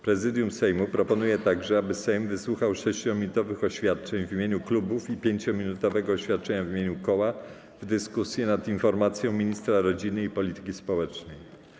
Prezydium Sejmu proponuje także, aby Sejm wysłuchał 6-minutowych oświadczeń w imieniu klubów i 5-minutowego oświadczenia w imieniu koła w dyskusji nad informacją ministra rodziny i polityki społecznej.